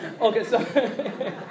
Okay